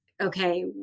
okay